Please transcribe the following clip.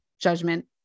judgment